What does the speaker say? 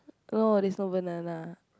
no it's not banana